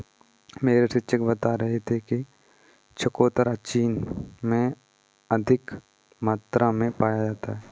मेरे शिक्षक बता रहे थे कि चकोतरा चीन में अधिक मात्रा में पाया जाता है